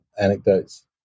anecdotes